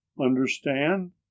understand